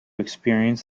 experience